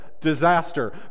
disaster